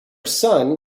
son